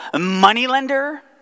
moneylender